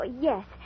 yes